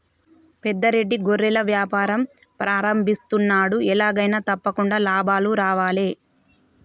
పెద్ద రెడ్డి గొర్రెల వ్యాపారం ప్రారంభిస్తున్నాడు, ఎలాగైనా తప్పకుండా లాభాలు రావాలే